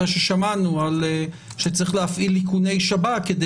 אחרי ששמענו שצריך להפעיל איכוני שב"כ כדי